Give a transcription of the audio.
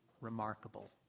remarkable